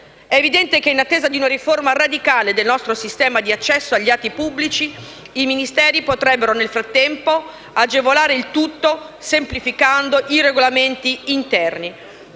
È evidente che in attesa di una riforma radicale del nostro sistema di accesso agli atti pubblici, i Ministeri potrebbero nel frattempo, agevolare il tutto semplificando i regolamenti interni.